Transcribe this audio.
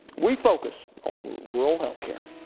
we focus on rural health care.